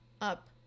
up